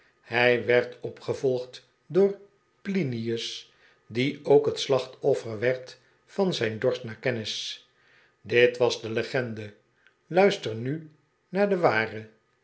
hij werd opgevolgd door plinius die ook het slachtoffer werd van zijn dorst naar kennis dit was de legende luister nu naar de ware